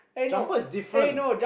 jumper is different